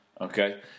Okay